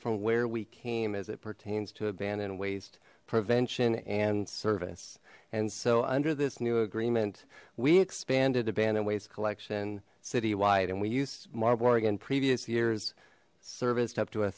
from where we came as it pertains to abandon waste prevention and service and so under this new agreement we expanded abandoned waste collection citywide and we used marwar again previous years serviced up to a